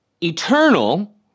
Eternal